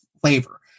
flavor